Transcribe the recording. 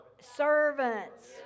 servants